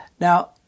Now